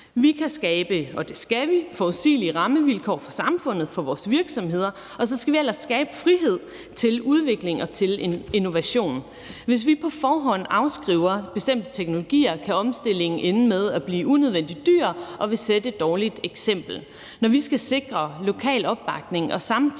skal vi – forudsigelige rammevilkår for samfundet og for vores virksomheder, og så skal vi ellers skabe frihed til udvikling og til innovation. Hvis vi på forhånd afskriver bestemte teknologier, kan omstillingen ende med at blive unødvendigt dyr og vil sætte et dårligt eksempel. Når vi skal sikre lokal opbakning og samtidig